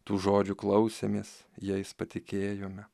tų žodžių klausėmės jais patikėjome